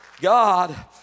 God